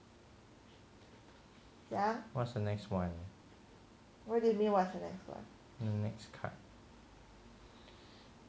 what's the next one next card